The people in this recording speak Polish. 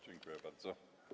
Dziękuję bardzo.